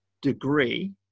degree